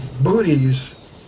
booties